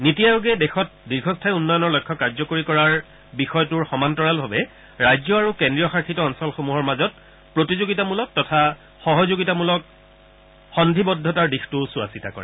নীতি আয়োগে দেশত দীৰ্ঘস্থায়ী উন্নয়নৰ লক্ষ্য কাৰ্যকৰী কৰাৰ বিষয়টোৰ সমান্তৰালভাৱে ৰাজ্য আৰু কেন্দ্ৰীয় শাসিত অঞ্চলসমূহৰ মাজত প্ৰতিযোগিতামূলক তথা সহযোগিতামূলক সন্ধিবদ্ধতাৰ দিশটোও চোৱাচিতা কৰে